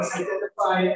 identify